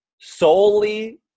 solely